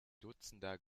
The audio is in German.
dutzender